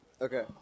Okay